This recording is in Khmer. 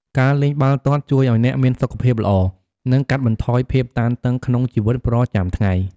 ការលេងបាល់ទាត់ជួយឲ្យអ្នកមានសុខភាពល្អ និងកាត់បន្ថយភាពតានតឹងក្នុងជីវិតប្រចាំថ្ងៃ។